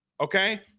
Okay